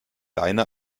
leine